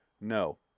No